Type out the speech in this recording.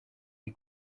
est